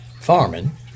farming